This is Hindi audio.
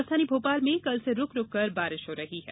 राजधानी भोपाल में कल से रूक रूक कर बारिष हो रही है